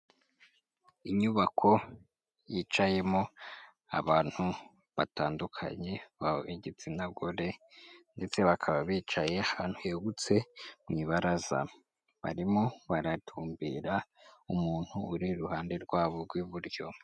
Inyubako yicayemo abantu batandukanye b'igitsina gore, ndetse bakaba bicaye ahantu hegutse mu ibaraza, barimo baratumbira umuntu uri iruhande rwabo rw'iburyo.